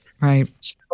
right